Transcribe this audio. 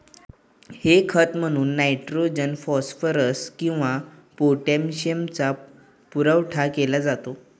हे खत म्हणून नायट्रोजन, फॉस्फरस किंवा पोटॅशियमचा पुरवठा केला जातो